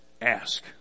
ask